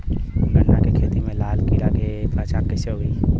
गन्ना के खेती में लागल कीड़ा के पहचान कैसे होयी?